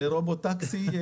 זה רובוטקסי.